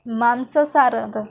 ಮಾಂಸದ ಸಾರು ಅದ